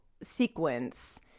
sequence